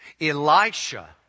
Elisha